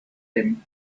him